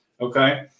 okay